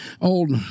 old